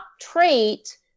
trait